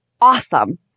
awesome